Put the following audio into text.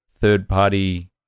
third-party